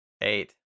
Eight